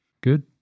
Good